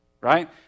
right